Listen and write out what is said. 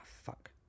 fuck